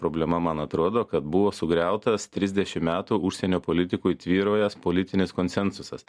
problema man atrodo kad buvo sugriautas trisdešim metų užsienio politikoj tvyrojęs politinis konsensusas